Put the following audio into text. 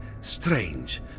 strange